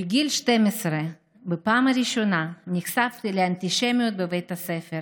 בגיל 12 נחשפתי בפעם הראשונה לאנטישמיות בבית הספר